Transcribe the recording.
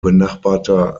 benachbarter